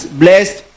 blessed